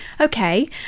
Okay